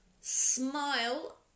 Smile